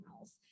else